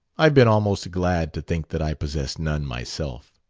i've been almost glad to think that i possess none myself.